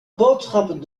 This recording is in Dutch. boodschappen